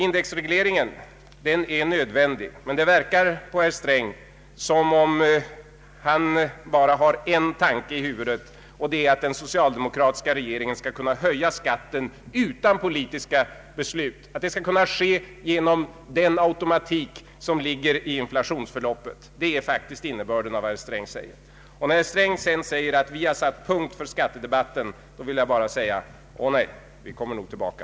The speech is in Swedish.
Indexregleringen är nödvändig, men det verkar på herr Sträng som om han bara har en tanke i huvudet, och det är att den socialdemokratiska regeringen skall kunna höja skatten utan politiska beslut, att det skall kunna ske genom den automatik som ligger i inflationsförloppet. Detta är faktiskt innebörden i vad herr Sträng säger. Om herr Sträng sedan påstår att vi har satt punkt för skattedebatten, då vill jag bara säga: Å nej, vi kommer nog tillbaka!